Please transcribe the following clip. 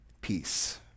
peace